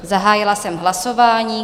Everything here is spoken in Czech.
Zahájila jsem hlasování.